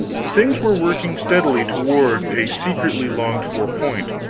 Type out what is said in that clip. things were working steadily toward a secretly longed-for point.